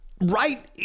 right